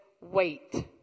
wait